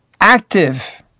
active